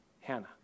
Hannah